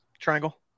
triangle